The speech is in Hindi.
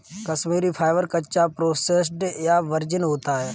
कश्मीरी फाइबर, कच्चा, प्रोसेस्ड या वर्जिन होता है